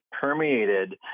permeated